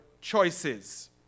choices